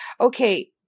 Okay